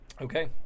Okay